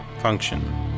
function